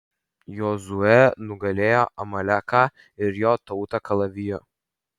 jozuė nugalėjo amaleką ir jo tautą kalaviju